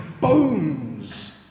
bones